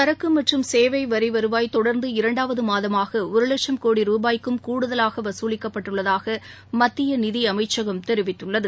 சரக்கு மற்றும் சேவை வரி வருவாய் தொடர்ந்து இரண்டாவது மாதமாக ஒரு வட்சம் கோடி ரூபாய்க்கும் கூடுதலாக வசூலிக்கப்பட்டுள்ளதாக மத்திய நிதி அமைச்சகம் தெரிவித்துள்ளது